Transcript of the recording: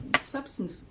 substance